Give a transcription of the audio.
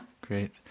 Great